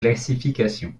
classifications